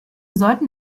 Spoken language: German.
sollten